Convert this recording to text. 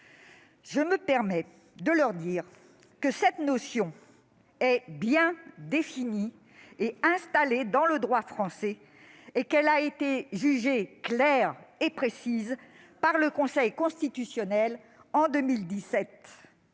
je me permets de leur rappeler que cette notion est bien définie et installée dans le droit français. Elle a été jugée claire et précise par le Conseil constitutionnel en 2017.